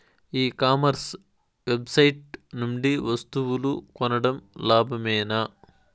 ఈ commerce website నుండి వస్తువులు కొనడం లాభమేనా?